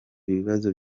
ibibazo